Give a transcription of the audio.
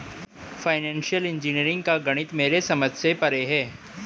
financial engineering का गणित मेरे समझ से परे है